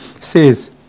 says